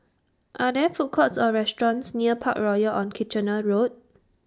Are There Food Courts Or restaurants near Parkroyal on Kitchener Road